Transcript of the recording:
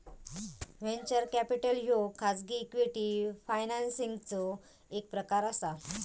venture capital ह्यो खाजगी equity फायनान्सिंगचो एक प्रकार असा